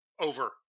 Over